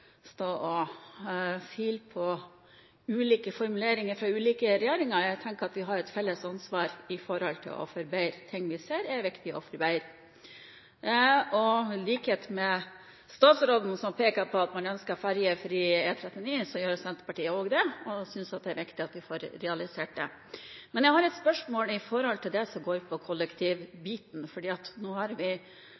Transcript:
stå og file på ulike formuleringer fra ulike regjeringer. Jeg mener at vi har et felles ansvar for å forbedre – ting vi ser, er det viktig å forbedre. I likhet med statsråden, som peker på at man ønsker fergefri E39, ønsker også Senterpartiet det. Vi synes det er viktig at vi får realisert det. Jeg har et spørsmål om det som går på